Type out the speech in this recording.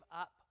up